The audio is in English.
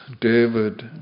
David